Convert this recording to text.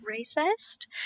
racist